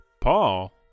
Paul